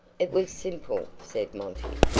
it was simple, said monty.